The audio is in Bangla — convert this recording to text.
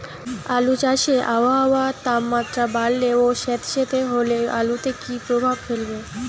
আলু চাষে আবহাওয়ার তাপমাত্রা বাড়লে ও সেতসেতে হলে আলুতে কী প্রভাব ফেলবে?